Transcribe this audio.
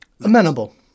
Amenable